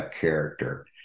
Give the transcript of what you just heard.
character